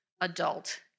adult